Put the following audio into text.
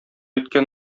иткән